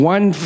One